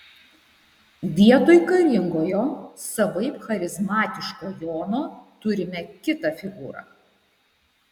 vietoj karingojo savaip charizmatiško jono turime kitą figūrą